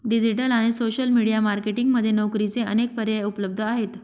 digital आणि social media marketing मध्ये नोकरीचे अनेक पर्याय उपलब्ध आहेत